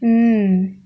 mm